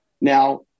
Now